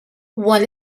one